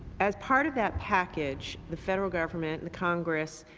as part of that package, the federal government and the congress